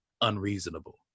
unreasonable